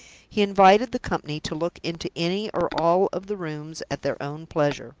he invited the company to look into any or all of the rooms at their own pleasure.